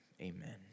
amen